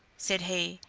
said he,